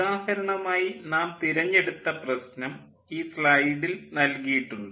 ഉദാഹരണമായി നാം തിരഞ്ഞെടുത്ത പ്രശ്നം ഈ സ്ലൈഡിൽ നൽകിയിട്ടുണ്ട്